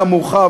גם מורחב,